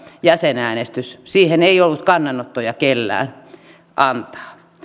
jäsenäänestys siihen ei ollut kannanottoja kellään antaa